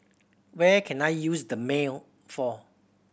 where can I use Dermale for